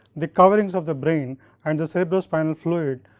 the coverings of the brain and the cerebral spinal fluid,